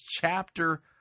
chapter